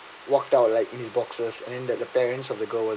walked out like in his boxers and that the parents of the girl